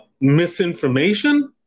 misinformation